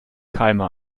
keime